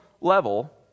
level